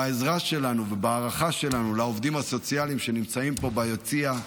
בעזרה שלנו ובהערכה שלנו לעובדים הסוציאליים שנמצאים פה ביציע,